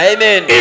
Amen